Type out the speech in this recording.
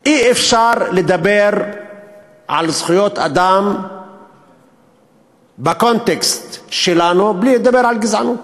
אי-אפשר לדבר על זכויות אדם בקונטקסט שלנו בלי לדבר על גזענות.